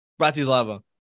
Bratislava